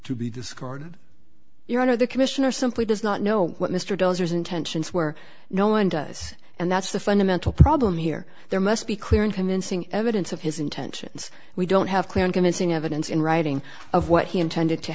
to be discarded your honor the commissioner simply does not know what mr dozers intentions were no one does and that's the fundamental problem here there must be clear and convincing evidence of his intentions we don't have clear and convincing evidence in writing of what he intended to